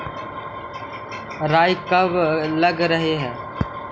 राई कब लग रहे है?